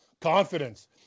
Confidence